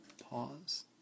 Pause